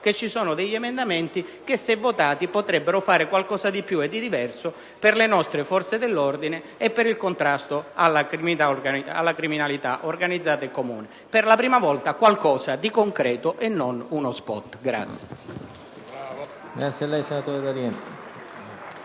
che ci sono emendamenti che se votati potrebbero fare qualcosa di più e di diverso per le nostre forze dell'ordine e per il contrasto alla criminalità organizzata e comune: per la prima volta, qualcosa di concreto e non uno spot. Chiedo